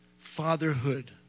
fatherhood